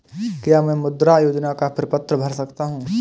क्या मैं मुद्रा योजना का प्रपत्र भर सकता हूँ?